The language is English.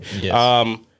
Yes